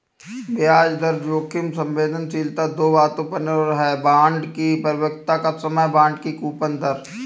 ब्याज दर जोखिम संवेदनशीलता दो बातों पर निर्भर है, बांड की परिपक्वता का समय, बांड की कूपन दर